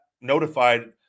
notified –